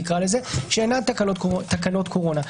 שאינן תקנות קורונה.